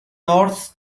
north